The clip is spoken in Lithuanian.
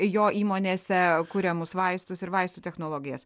jo įmonėse kuriamus vaistus ir vaistų technologijas